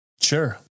Sure